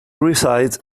resides